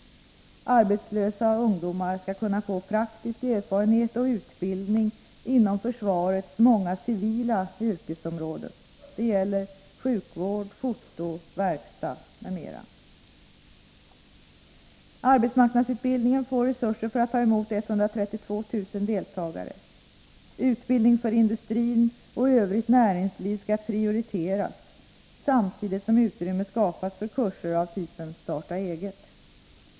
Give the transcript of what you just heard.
Arbetslösa ungdomar skall kunna få praktisk erfarenhet och utbildning inom försvarets många civila yrkesområden. Det gäller sjukvård, foto, verkstad m.m. Arbetsmarknadsutbildningen får resurser för att ta emot 132 000 deltagare. Utbildning för industrin och övrigt näringsliv skall prioriteras, samtidigt som utrymme skapas för kurser av typen starta eget.